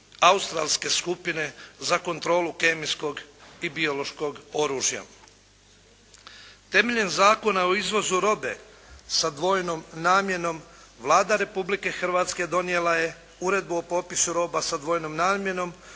australske skupine za kontrolu kemijskog i biološkog oružja. Temeljem Zakona o izvozu robe sa dvojnom namjenom Vlada Republike Hrvatske donijela je Uredbu o popisu roba sa dvojnom namjenom